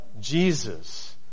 Jesus